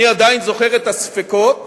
אני עדיין זוכר את הספקות